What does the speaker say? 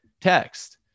text